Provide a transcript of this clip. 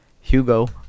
Hugo